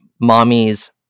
mommy's